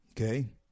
Okay